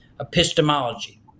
epistemology